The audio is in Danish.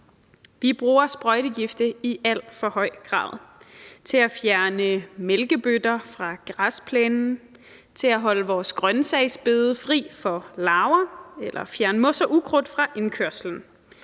Vi bruger sprøjtegifte i al for høj grad til at fjerne mælkebøtter fra græsplænen, til at holde vores grønsagsbede fri for larver eller til at fjerne mos og ukrudt fra indkørslen.